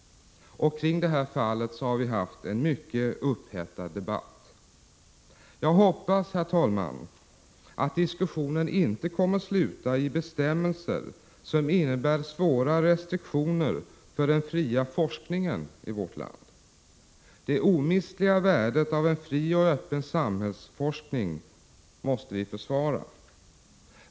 Kring det här fallet har vi haft en mycket het debatt. Jag hoppas, herr talman, att diskussionen inte kommer att sluta i bestämmelser som innebär svåra restriktioner för den fria forskningen i vårt land. Det omistliga värdet av en fri och öppen samhällsforskning måste vi försvara.